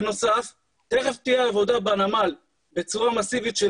בנוסף תיכף תהיה עבודה בנמל בצורה מסיבית של